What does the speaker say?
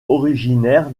originaire